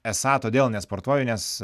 esą todėl nesportuoju nes